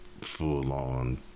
full-on